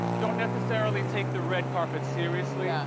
don't necessarily take the red carpet seriously. yeah